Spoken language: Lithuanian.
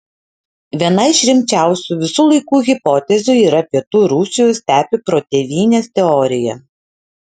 viena iš rimčiausių visų laikų hipotezių yra pietų rusijos stepių protėvynės teorija